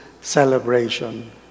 celebration